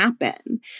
happen